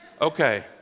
Okay